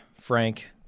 Frank